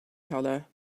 color